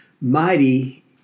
mighty